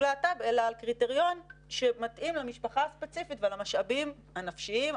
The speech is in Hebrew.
להט"ב אלא על קריטריון שמתאים למשפחה הספציפית ועל המשאבים הנפשיים,